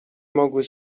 mogły